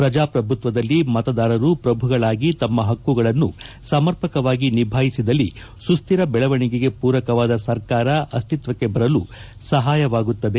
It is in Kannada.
ಪ್ರಜಾಪ್ರಭುತ್ವದಲ್ಲಿ ಮತದಾರರು ಪ್ರಭುಗಳಾಗಿ ತಮ್ಮ ಪಕ್ಕುಗಳನ್ನು ಸಮರ್ಪಕವಾಗಿ ನಿಭಾಯಿಸಿದಲ್ಲಿ ಸುಕ್ವರ ಬೆಳವಣಿಗೆಗೆ ಪೂರಕವಾದ ಸರ್ಕಾರ ಅಕ್ತಿಕ್ಷಕ್ಕೆ ಬರಲು ಸಹಾಯವಾಗುತ್ತದೆ